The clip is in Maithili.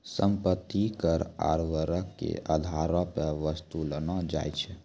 सम्पति कर आवर्तक के अधारो पे वसूललो जाय छै